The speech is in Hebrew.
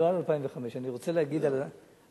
אבל לא על 2005. אני רוצה להגיד קודם,